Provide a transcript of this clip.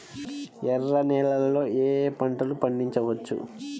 ఎర్ర నేలలలో ఏయే పంటలు పండించవచ్చు?